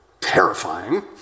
terrifying